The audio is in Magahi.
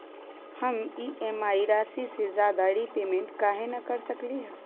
हम ई.एम.आई राशि से ज्यादा रीपेमेंट कहे न कर सकलि ह?